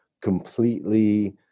completely